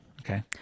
Okay